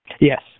Yes